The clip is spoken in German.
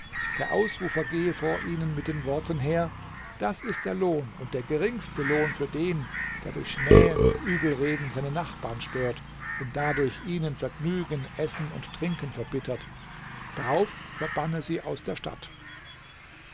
der ausrufer gehe vor ihnen mit den worten her das ist der lohn und der geringste lohn für den der durch schmähen und übelreden seine nachbarn stört und dadurch ihnen vergnügen essen und trinken verbittert drauf verbanne sie aus der stadt